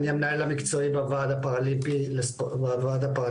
אני המנהל המקצועי בוועד הפראלימפי הישראלי,